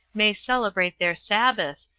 may celebrate their sabbaths,